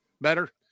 Better